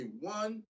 one